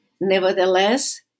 Nevertheless